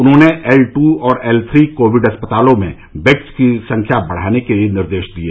उन्होंने L two और L three covid अस्पतालों में बेड़स की संख्या बढ़ाने के निर्देश दिये